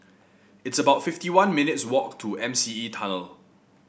it's about fifty one minutes' walk to M C E Tunnel